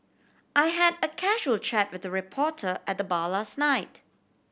I had a casual chat with a reporter at the bar last night